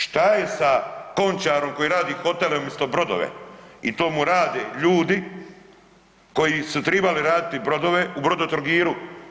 Šta je sa Končarom koji radi hotele umjesto brodove i to mu rade ljudi koji su tribali raditi brodove u Brodotrogiru?